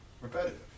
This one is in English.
repetitive